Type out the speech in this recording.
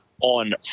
on